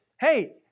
hey